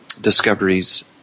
discoveries